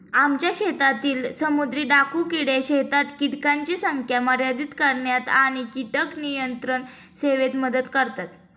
आमच्या शेतातील समुद्री डाकू किडे शेतात कीटकांची संख्या मर्यादित करण्यात आणि कीटक नियंत्रण सेवेत मदत करतात